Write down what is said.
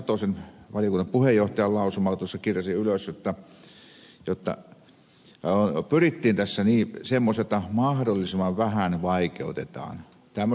satosen valiokunnan puheenjohtajan lausuman tuossa kirjasin ylös jotta pyrittiin tässä semmoiseen jotta mahdollisimman vähän vaikeutetaan tämmöisen lausuman